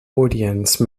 audience